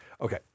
Okay